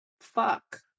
Fuck